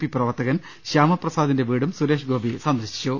P പ്രവർത്തകൻ ശ്യാമപ്രസാദിന്റെ വീടും സുരേഷ് ഗോപി സന്ദർശിച്ചു